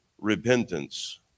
repentance